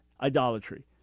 idolatry